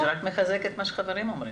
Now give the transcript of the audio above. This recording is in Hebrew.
זה רק מחזק את מה שהחברים אומרים.